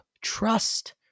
trust